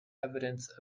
evidence